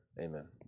amen